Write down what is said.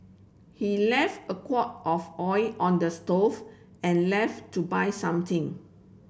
he left a of oil on the stove and left to buy something